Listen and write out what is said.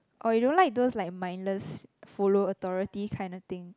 oh you don't like those like mindless follow authority kind of thing